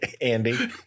Andy